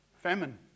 famine